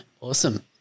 Awesome